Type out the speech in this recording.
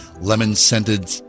lemon-scented